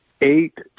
eight